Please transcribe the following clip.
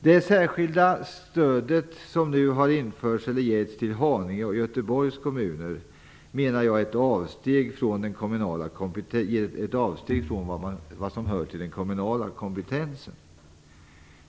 Det särskilda stöd som har getts till Haninge och Göteborgs kommuner är ett avsteg från vad som hör till den kommunala kompetensen.